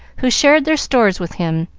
who shared their stores with him,